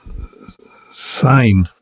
sign